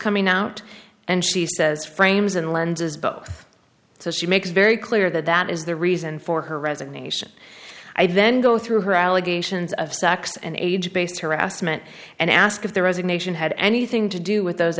coming out and she says frames and lenses both so she makes very clear that that is the reason for her resignation i then go through her allegations of sex and age based harassment and ask if the resignation had anything to do with those